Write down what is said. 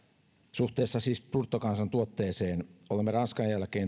suhteessa siis bruttokansantuotteeseen olemme ranskan jälkeen